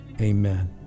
amen